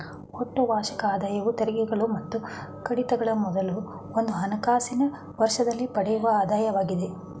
ಒಟ್ಟು ವಾರ್ಷಿಕ ಆದಾಯವು ತೆರಿಗೆಗಳು ಮತ್ತು ಕಡಿತಗಳ ಮೊದಲು ಒಂದು ಹಣಕಾಸಿನ ವರ್ಷದಲ್ಲಿ ಪಡೆಯುವ ಆದಾಯವಾಗಿದೆ